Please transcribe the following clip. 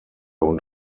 und